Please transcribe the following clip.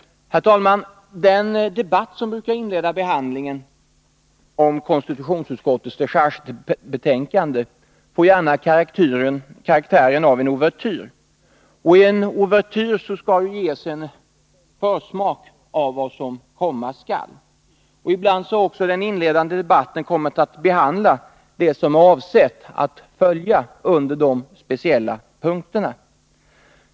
Herr talman! Den debatt som brukar inleda behandlingen av konstitutionsutskottets dechargebetänkande får gärna karaktären av en ouvertyr. I en sådan skall ges en försmak av vad som komma skall. Ibland har också den inledande debatten kommit att behandla det som är avsett att följa under de olika punkterna.